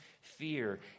fear